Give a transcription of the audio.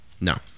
No